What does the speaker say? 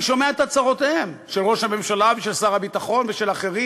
אני שומע את הצהרותיהם של ראש הממשלה ושל שר הביטחון ושל אחרים.